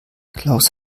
klaus